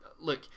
look